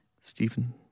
Stephen